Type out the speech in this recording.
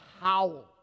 howl